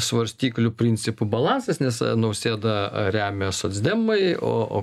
svarstyklių principu balansas nes nausėdą remia socdemai o o